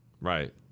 Right